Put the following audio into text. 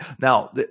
Now